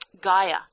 Gaia